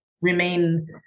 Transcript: remain